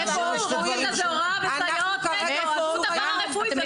אנחנו לא מדברים על פרא רפואי כרגע.